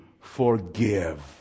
forgive